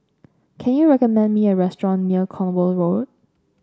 can you recommend me a restaurant near Cornwall Road